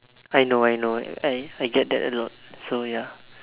I know I know I I get that a lot so ya